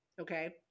okay